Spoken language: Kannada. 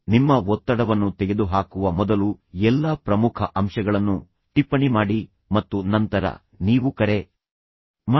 ನಿಮ್ಮ ಒತ್ತಡವನ್ನು ತೆಗೆದುಹಾಕುವ ಮೊದಲು ಎಲ್ಲಾ ಪ್ರಮುಖ ಅಂಶಗಳನ್ನು ಟಿಪ್ಪಣಿ ಮಾಡಿ ಮತ್ತು ನಂತರ ನೀವು ಕರೆ ಮಾಡಿ